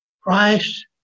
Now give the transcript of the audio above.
Christ